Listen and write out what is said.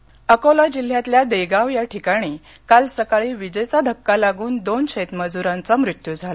मत्य अकोला जिल्ह्यातल्या देगाव या ठिकाणी काल सकाळी विजेचा धक्का लागून दोन शेतमजुरांचा मृत्यू झाला